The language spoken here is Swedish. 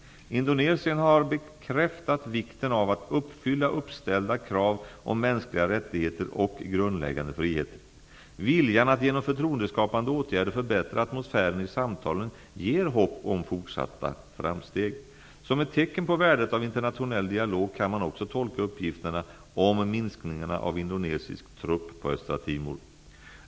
Indonesien har bekräftat vikten av att uppfylla uppställda krav om mänskliga rättigheter och grundläggande friheter. Viljan att genom förtroendeskapande åtgärder förbättra atmosfären i samtalen ger hopp om fortsatta framsteg. Som ett tecken på värdet av internationell dialog kan man också tolka uppgifterna om minskningarna av indonesisk trupp på Östra Timor.